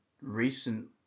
recent